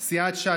סיעת ש"ס,